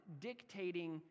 dictating